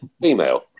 female